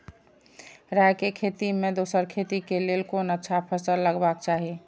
राय के खेती मे दोसर खेती के लेल कोन अच्छा फसल लगवाक चाहिँ?